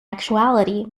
actuality